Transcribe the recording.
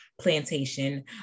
plantation